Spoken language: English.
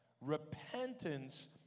Repentance